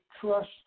trust